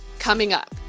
coming up,